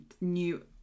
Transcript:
new